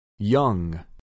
Young